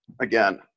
again